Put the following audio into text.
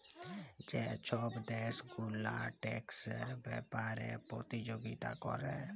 যে ছব দ্যাশ গুলা ট্যাক্সের ব্যাপারে পতিযগিতা ক্যরে